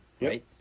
Right